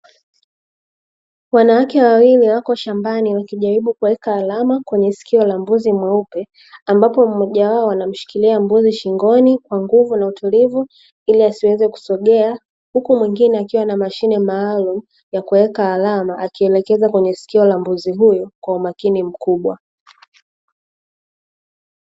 Wanawake wawili wako shambani wakijaribu kuweka alama kwenye sikio la mbuzi mweupe, ambapo mmoja wao anamshikilia mbuzi shingoni kwa nguvu na utulivu ili asiweze kusogea, huku mwingine akiwa na mashine maalumu ya kuweka alama, akielekeza kwenye sikio la mbuzi huyu kwa umakini mkubwa.